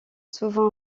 souvent